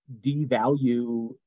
devalue